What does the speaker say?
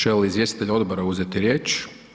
Želi li izvjestitelj odbora uzeti riječ?